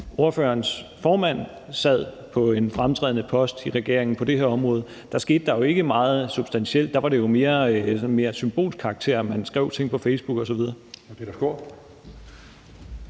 Peter Skaarups formand sad på en fremtrædende post i regeringen på det her område, skete der jo ikke meget substantielt. Der havde det jo sådan mere symbolsk karakter; man skrev ting på Facebook osv.